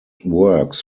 works